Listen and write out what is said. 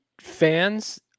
fans